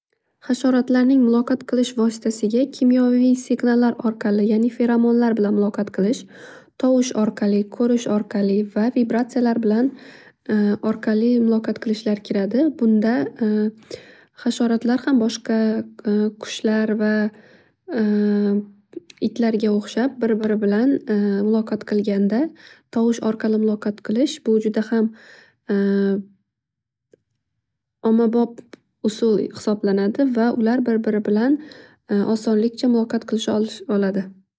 Hasharotlarning muloqot qilish vositasiga kimyoviy signallar orqali ya'ni feramonlar bilan muloqot qilish, tovush orqali, ko'rish orqali va vibratsiyalar bilan orqali muloqot qilishlar kiradi. Bunda hasharotlar ham boshqa qushlar va itlarga o'xhsab bir biri bilan muloqot qilganda tovush orqali muloqot qilish bu juda ham ommabop usul hisoblanadi va ular bir birlari bilan osonlikcha muloqot qilisha oladi.